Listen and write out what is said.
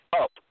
up